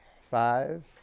Five